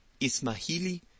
Ismahili